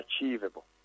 achievable